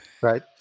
right